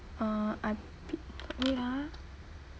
uh I bid wait ah